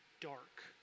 dark